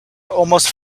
almost